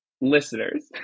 Listeners